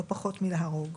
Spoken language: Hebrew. לא פחות מלהרוג,